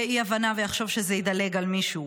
תהיה לאף אחד אי-הבנה ויחשוב שזה ידלג על מישהו.